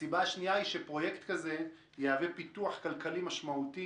הסיבה השנייה היא שפרויקט כזה יהווה פיתוח כלכלי משמעותי